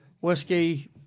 Whiskey